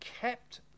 kept